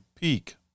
peak